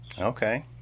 Okay